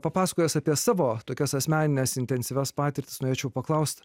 papasakojęs apie savo tokias asmenines intensyvias patirtis norėčiau paklausti